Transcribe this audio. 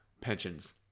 pensions